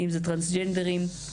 אם כטרנסג'נדרים,